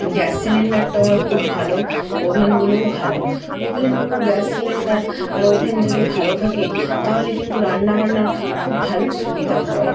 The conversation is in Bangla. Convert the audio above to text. গ্যাস সিলিন্ডারটা আমার খুব ভালো ওভেনগুলোও ভালো ওভেনগুলো গ্যাস সিলিন্ডার আর ওভেন যদি ভালো থাকে তাহলে কিন্তু রান্না বান্নার খুব ভালো সুবিধা হয়